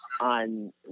on